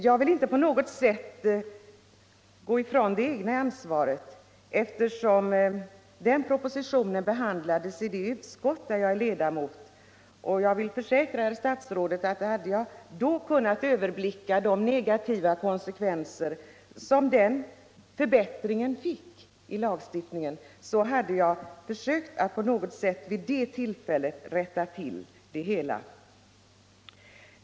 Jag vill inte på minsta sätt gå ifrån det egna ansvaret eftersom den propositionen behandlades i det utskott där jag är ledamot. Jag försäkrar herr statsrådet att om jag då hade kunnat överblicka de negativa konsekvenser som den förbättringen av lagstiftningen fick så hade jag vid det tillfället försökt att på något sätt rätta till saken.